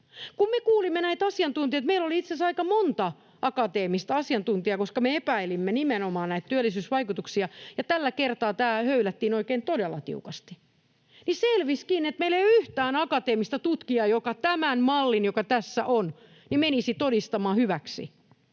Kun me kuulimme näitä asiantuntijoita — meillä oli itse asiassa aika monta akateemista asiantuntijaa, koska me epäilimme nimenomaan näitä työllisyysvaikutuksia, ja tällä kertaa tämä höylättiin oikein todella tiukasti — niin selvisikin, että meillä ei ole yhtään akateemista tutkijaa, joka tämän mallin, joka tässä on, menisi todistamaan hyväksi.